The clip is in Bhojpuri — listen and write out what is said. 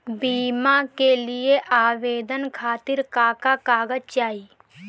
बीमा के लिए आवेदन खातिर का का कागज चाहि?